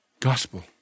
gospel